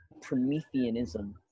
Prometheanism